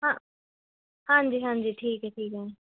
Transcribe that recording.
ਹਾਂ ਹਾਂਜੀ ਹਾਂਜੀ ਠੀਕ ਹੈ ਠੀਕ ਹੈ